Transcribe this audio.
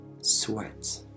sweat